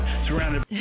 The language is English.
Surrounded